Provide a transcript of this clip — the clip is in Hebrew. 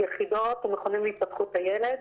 יחידות ומכונים להתפתחות הילד.